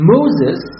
Moses